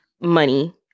money